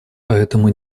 поэтому